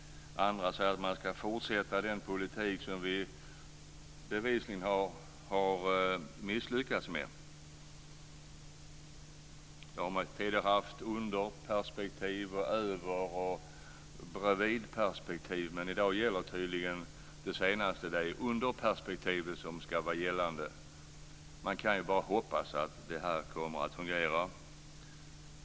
Andra säger att vi ska fortsätta den politik som vi bevisligen har misslyckats med. De har tidigare haft under-, överoch bredvidperspektiv, men i dag gäller tydligen det förstnämnda; det är underperspektivet som ska vara gällande. Det är bara att hoppas att det kommer att fungera.